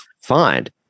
find